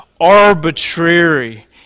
arbitrary